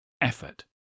effort